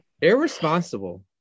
Irresponsible